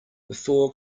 before